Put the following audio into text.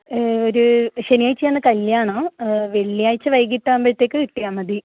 ഒരു ശനിയാഴ്ച ആണ് കല്ല്യാണം വെള്ളിയാഴ്ച വൈകിട്ട് ആവുമ്പോഴത്തേക്കും കിട്ടിയാൽമതി